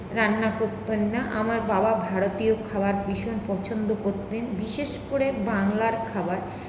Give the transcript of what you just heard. রান্না করতেন না আমার বাবা ভারতীয় খাবার ভীষণ পছন্দ করতেন বিশেষ করে বাংলার খাবার